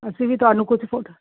ਅਸੀਂ ਵੀ ਤੁਹਾਨੂੰ ਕੁਛ ਫੋਟੋਆਂ